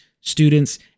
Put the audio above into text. students